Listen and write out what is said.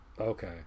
Okay